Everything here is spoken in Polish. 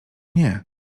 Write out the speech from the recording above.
nie